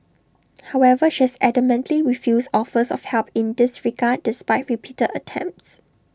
however she has adamantly refused offers of help in this regard despite repeated attempts